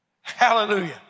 Hallelujah